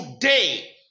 Today